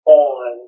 on